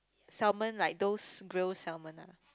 salmon like those grill salmon ah